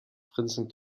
prinzen